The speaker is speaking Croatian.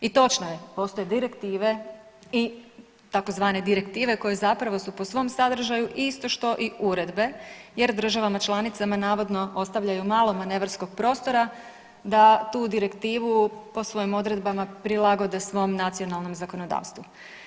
I točno je, postoje direktive i tzv. direktive koje zapravo su po svom sadržaju isto što i uredbe jer državama članicama navodno ostavljaju malo manevarskog prostora da tu direktivu po svojim odredbama prilagode svom nacionalnom zakonodavstvu.